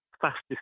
fastest